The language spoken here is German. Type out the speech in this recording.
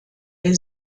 der